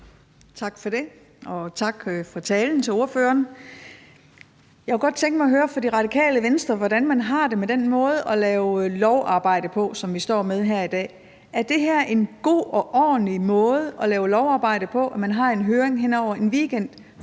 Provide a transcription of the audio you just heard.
Tak for det, og tak til ordføreren for talen. Jeg kunne godt tænke mig at høre, hvordan man fra Radikale Venstres side har det med den måde at lave lovgivningsarbejde på, som vi står med her i dag. Er det en god og ordentlig måde at lave lovgivningsarbejde på, at man har en høring hen over en weekend?